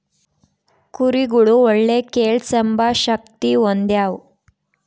ಕುರಿಗುಳು ಒಳ್ಳೆ ಕೇಳ್ಸೆಂಬ ಶಕ್ತಿ ಹೊಂದ್ಯಾವ